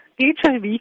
HIV